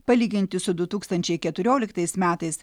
palyginti su du tūkstančiai keturioliktais metais